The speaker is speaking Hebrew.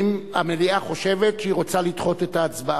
המליאה חושבת שהיא רוצה לדחות את ההצבעה.